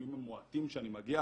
מהימים המועטים שאני מגיע,